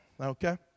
okay